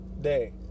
day